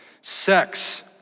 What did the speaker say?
sex